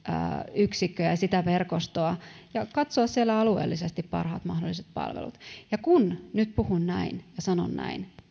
yksikköjä ja sitä verkostoa ja katsoa siellä alueellisesti parhaat mahdolliset palvelut ja kun nyt puhun näin ja sanon näin